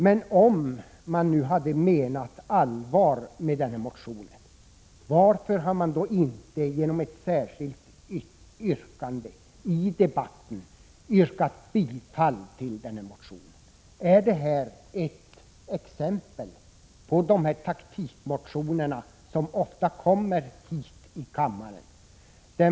Men om man nu menat allvar med sin motion, varför har man då inte framställt ett särskilt yrkande i debatten? Är det här ett exempel på de taktikmotioner som ofta väcks här i riksdagen?